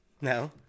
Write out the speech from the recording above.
No